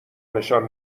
نشان